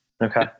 Okay